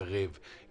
קרב,